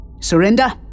Surrender